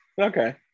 Okay